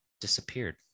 disappeared